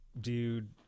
dude